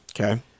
okay